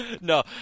No